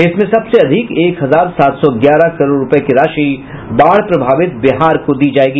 इसमें सबसे अधिक एक हजार सात सौ ग्यारह करोड़ रूपये की राशि बाढ प्रभावित बिहार को दी जायेगी